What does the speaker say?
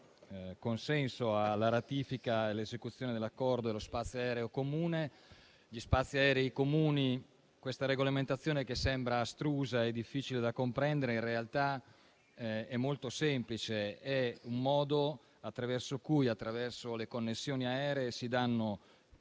consenso alla ratifica e all'esecuzione di questo Accordo per uno spazio aereo comune. Questa regolamentazione che sembra astrusa e difficile da comprendere, in realtà, è molto semplice: è un modo attraverso cui, grazie alle connessioni aeree, si danno